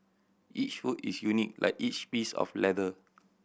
each foot is unique like each piece of leather